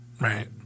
Right